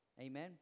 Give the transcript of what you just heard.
Amen